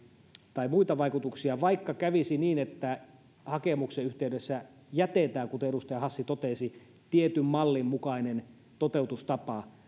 tai muita vaikutuksia vaikka kävisi niin että hakemuksen yhteydessä jätetään kuten edustaja hassi totesi tietyn mallin mukainen toteutustapa